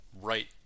right